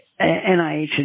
NIH